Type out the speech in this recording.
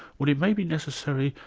well it may be necessary,